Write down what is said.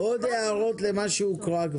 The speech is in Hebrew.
יש עוד הערות למה שהוקרא?